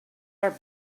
our